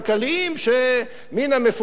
ומן המפורסמות הוא,